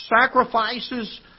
sacrifices